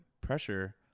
pressure